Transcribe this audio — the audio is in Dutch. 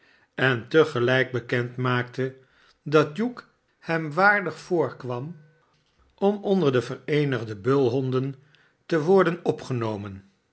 en te gelijk bekend maakte dat hugh hem waardig voorkwam om onder de vereenigde bulhonden te worden opgenomen